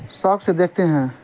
شوق سے دیکھتے ہیں